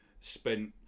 spent